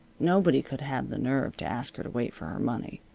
nobody could have the nerve to ask her to wait for her money.